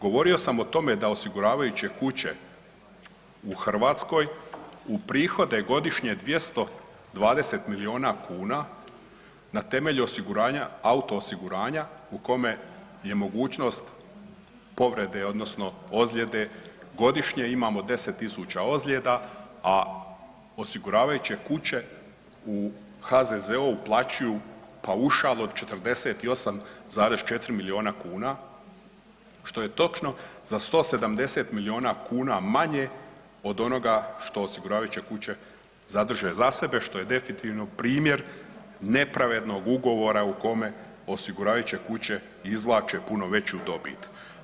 Govorio sam o tome da osiguravajuće kuće u Hrvatskoj uprihode godišnje 220 milijuna kuna na temelju osiguranja, auto osiguranja u kome je mogućnost povrede odnosno ozljede, godišnje imamo 10000 ozljeda, a osiguravajuće kuće u HZZO-u uplaćuju paušal od 48,4 milijuna kuna, što je točno za 170 milijuna kuna manje od onoga što osiguravajuće kuće zadrže za sebe, što je definitivno primjer nepravednog ugovora u kome osiguravajuće kuće izvlače puno veću dobit.